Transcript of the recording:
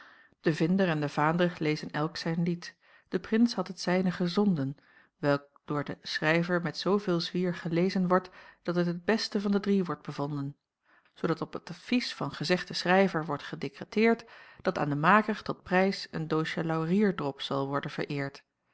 de vinder en de vaandrig lezen elk zijn lied de prins bad het zijne gezonden t welk door den schrijver met zoo veel zwier gelezen wordt dat het het beste van de drie wordt bevonden zoodat op het advies van gezegden schrijver wordt gedekreteerd dat aan den maker tot prijs een doosje laurierdrop zal worden vereerd